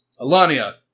Alania